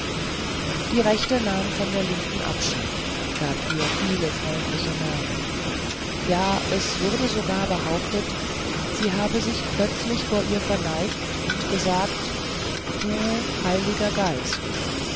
die rechte nahm von der linken abschied gab ihr viele freundliche namen ja es wurde sogar behauptet sie habe sich plötzlich vor ihr verneigt und gesagt du heiliger geist